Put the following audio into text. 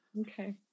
Okay